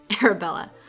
Arabella